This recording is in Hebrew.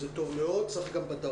זה טוב מאוד, צריך שיהיה גם בדרום,